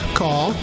call